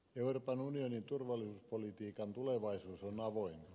euroopan unionin turvallisuuspolitiikan tulevaisuus on avoin